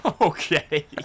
Okay